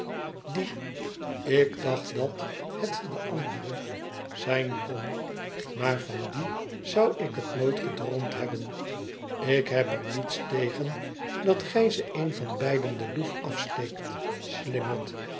idie ik dacht dat het de andere zijn kon maar van dien zou ik het nooit gedroomd hebben i ik heb er niets tegen dat gij ze een van beiden de loef afsteekt summert